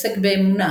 עוסק באמונה,